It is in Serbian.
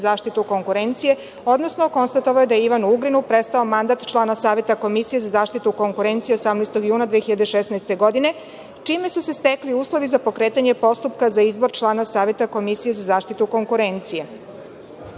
zaštitu konkurencije, odnosno konstatovao je da je Ivanu Ugrinu prestao mandat člana Saveta komisije za zaštitu konkurencije 18. juna 2016. godine, čime su se stekli uslovi za pokretanje postupka za izbor člana Saveta komisije za zaštitu konkurencije. Na